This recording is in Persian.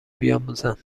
بیاموزند